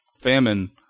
Famine